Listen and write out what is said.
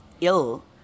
ill